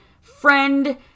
friend